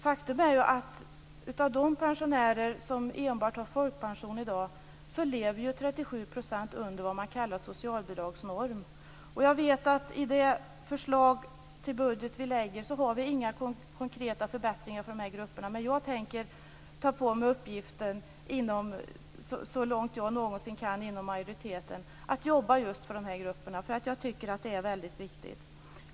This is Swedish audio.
Faktum är att av de pensionärer som enbart har folkpension i dag lever 37 % under vad man kallar socialbidragsnormen. Jag vet att i det förslag till budget vi lägger fram har vi inga konkreta förbättringar för de här grupperna. Men jag tänker ta på mig uppgiften, så långt jag någonsin kan inom majoriteten, att jobba för just de här grupperna, därför att jag tycker att det är väldigt viktigt.